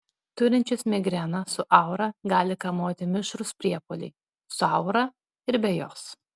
turinčius migreną su aura gali kamuoti mišrūs priepuoliai su aura ir be jos